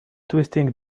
twisting